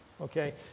Okay